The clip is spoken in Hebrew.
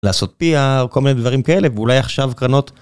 לעשות פיא וכל מיני דברים כאלה, ואולי עכשיו קרנות.